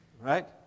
Right